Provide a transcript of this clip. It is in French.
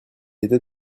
était